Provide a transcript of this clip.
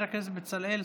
חבר הכנסת בצלאל סמוטריץ',